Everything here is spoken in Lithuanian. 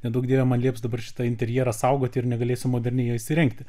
neduok dieve man lieps dabar šitą interjerą saugoti ir negalėsiu moderniai jo įsirengti